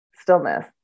stillness